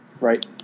right